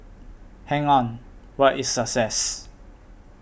hang on what is success